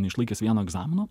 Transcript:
neišlaikęs vieno egzamino